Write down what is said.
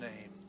name